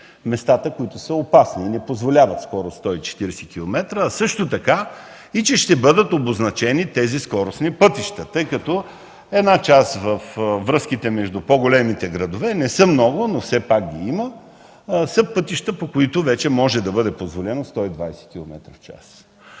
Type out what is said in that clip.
места, които не позволяват скорост 140 км, а също така че ще бъдат обозначени скоростните пътища, тъй като част от връзките между по-големите градове, не са много, но все пак ги има, са пътища, по които вече може да бъде позволена скорост от 120 км в час.